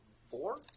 Four